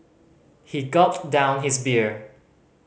he gulped down his beer